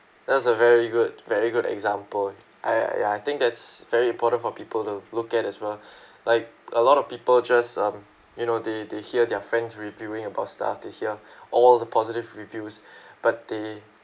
that's a very good very good example I ya I think that's very important for people to look at as well like a lot of people just um you know they they hear their friends reviewing about stuff they hear all the positive reviews but they